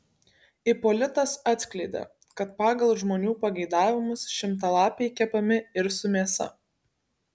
ipolitas atskleidė kad pagal žmonių pageidavimus šimtalapiai kepami ir su mėsa